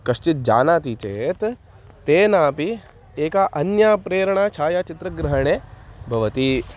कश्चित् जानाति चेत् तेनापि एका अन्या प्रेरणा छायाचित्रग्रहणे भवति